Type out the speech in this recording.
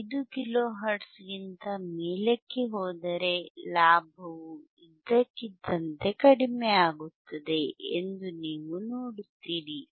5 kilo ಹರ್ಟ್ಜ್ಗಿಂತ ಮೇಲಕ್ಕೆ ಹೋದರೆ ಲಾಭವು ಇದ್ದಕ್ಕಿದ್ದಂತೆ ಕಡಿಮೆ ಆಗುತ್ತದೆ ಎಂದು ನೀವು ನೋಡುತ್ತೀರಿ